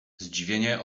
zdziwienie